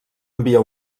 envia